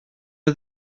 nhw